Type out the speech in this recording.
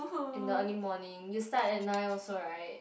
in the early morning you start at nine also right